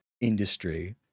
industry